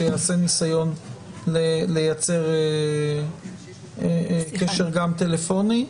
שייעשה ניסיון לייצר גם קשר טלפוני.